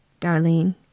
Darlene